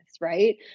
Right